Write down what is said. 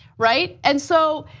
right? and so,